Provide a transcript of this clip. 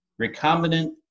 recombinant